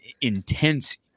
intense